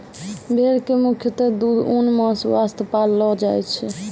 भेड़ कॅ मुख्यतः दूध, ऊन, मांस वास्तॅ पाललो जाय छै